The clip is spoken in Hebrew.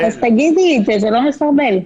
זה לא מסרבל.